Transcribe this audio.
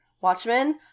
Watchmen